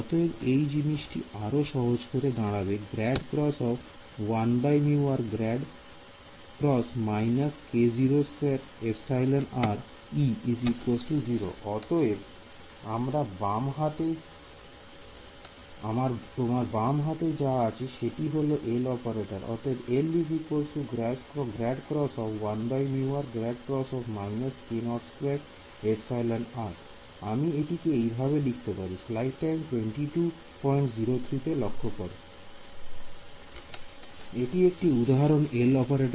অতএব এই জিনিষটি আরো সহজ হয়ে দাঁড়াবে অতএব তোমার বাম হাতে এখন যা আছে সেটি হল L অপারেটর অতএব আমি এটিকে এইভাবে লিখতে পারি এটি একটি উদাহরণ L অপারেটরের এবং ϕ হল E